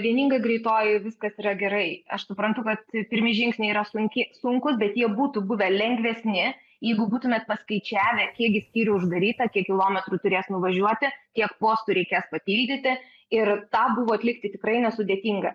vieninga greitoji viskas yra gerai aš suprantu kad pirmi žingsniai yra sunki sunkūs bet jie būtų buvę lengvesni jeigu būtumėt paskaičiavę kiek gi skyrių uždaryta kiek kilometrų turės nuvažiuoti kiek postų reikės papildyti ir tą buvo atlikti tikrai nesudėtinga